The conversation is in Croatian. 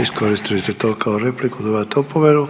Iskoristili ste to kao repliku, dobivate opomenu.